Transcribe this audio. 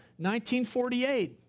1948